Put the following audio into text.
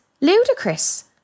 ludicrous